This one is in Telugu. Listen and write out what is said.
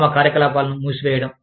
తమ కార్యకలాపాలను మూసివేయడము